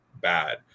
bad